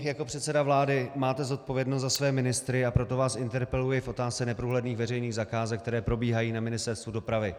Vy, jako předseda vlády máte zodpovědnost za své ministry, a proto vás interpeluji v otázce neprůhledných veřejných zakázek, které probíhají na Ministerstvu dopravy.